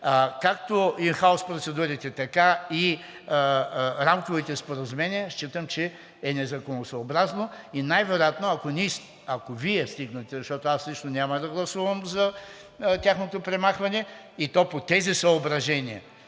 както ин хаус процедурите, така и рамковите споразумения, считам, че е незаконосъобразно и най-вероятно, ако Вие стигнете, защото аз лично няма да гласувам за тяхното премахване, и то по тези съображения,